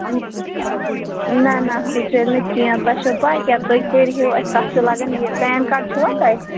نہَ نہَ سُے چلہِ نہٕ کیٚنٛہہ تۄہہِ چھَو پَے کیٛاہ تُہۍ کٔرۍہِیٖو اَسہِ تَتھ چھُ لگان یہِ پین کارڈ چھُوا تۄہہِ